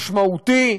משמעותי,